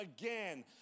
again